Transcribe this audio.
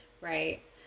Right